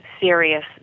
serious